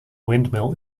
windmill